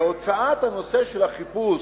והוצאת הנושא של החיפוש,